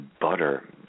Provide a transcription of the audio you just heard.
butter